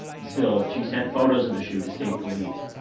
and still, she sent photos of the shoe to state police.